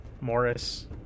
Morris